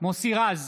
מוסי רז,